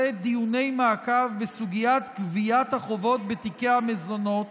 דיוני מעקב בסוגיית גביית החובות בתיקי המזונות